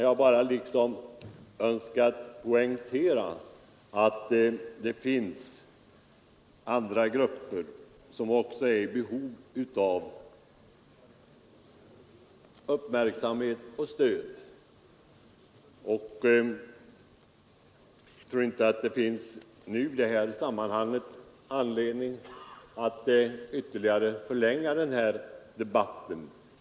Jag har bara velat poängtera att också andra grupper behöver uppmärksamhet och stöd. Jag tror inte att det i detta sammanhang finns anledning att ytterligare förlänga debatten.